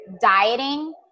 dieting